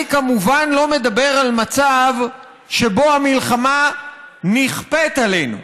אני כמובן לא מדבר על מצב שבו המלחמה נכפית עלינו,